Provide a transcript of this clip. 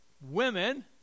women